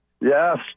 Yes